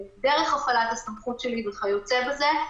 את דרך החלת הסמכות שלי וכיוצא בזה.